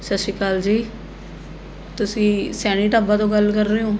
ਸਤਿ ਸ਼੍ਰੀ ਅਕਾਲ ਜੀ ਤੁਸੀਂ ਸੈਣੀ ਢਾਬਾ ਤੋਂ ਗੱਲ ਕਰ ਰਹੇ ਹੋ